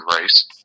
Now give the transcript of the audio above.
race